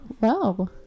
Wow